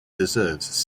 deserves